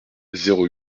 zéro